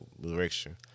Direction